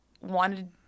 wanted –